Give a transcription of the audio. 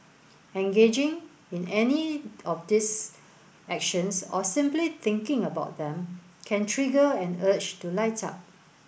engaging in any of these actions or simply thinking about them can trigger an urge to light up